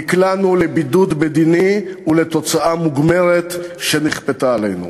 נקלענו לבידוד מדיני ולתוצאה מוגמרת שנכפתה עלינו.